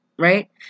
Right